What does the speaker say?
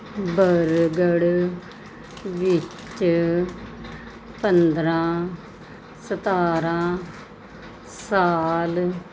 ਬਰਗੜ੍ਹ ਵਿੱਚ ਪੰਦਰਾਂ ਸਤਾਰਾਂ ਸਾਲ